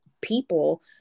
people